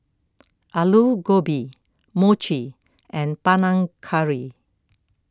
Alu Gobi Mochi and Panang Curry